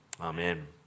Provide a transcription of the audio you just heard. Amen